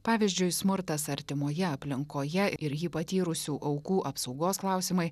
pavyzdžiui smurtas artimoje aplinkoje ir jį patyrusių aukų apsaugos klausimai